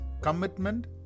commitment